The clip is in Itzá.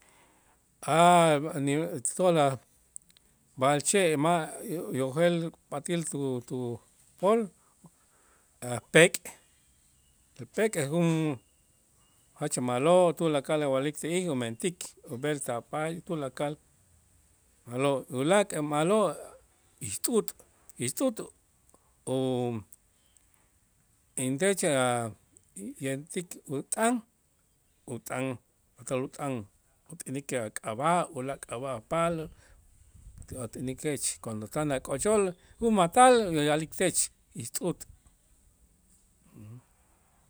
A' b'a'alche' ma' uyojel pat'äl tu- tupol a' pek' pek' jun jach ma'lo' tulakal wa'lik ti'ij umentik ub'el ta' paay tulakal a'lo', ulaak' ma'lo' ixt'ut' ixt'ut' intech a' yentik ut'an ut'an patal ut'an ut'änik a k'ab'a', ulaak' k'ab'a' apaal, a' t'änikech cuando tan ak'ochol jun atal uya'lik tech ixt'ut'.